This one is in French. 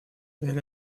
elle